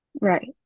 Right